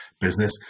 business